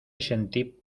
sentí